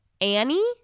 Annie